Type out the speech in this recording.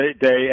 day